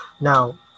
now